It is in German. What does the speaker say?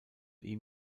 ihm